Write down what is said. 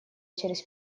через